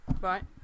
Right